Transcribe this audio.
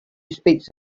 speaks